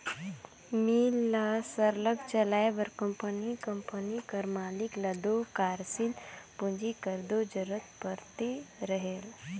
मील ल सरलग चलाए बर कंपनी कंपनी कर मालिक ल दो कारसील पूंजी कर दो जरूरत परते रहेल